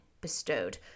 bestowed